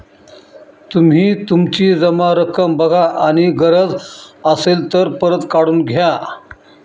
तुम्ही तुमची जमा रक्कम बघा आणि गरज असेल तर परत काढून घ्या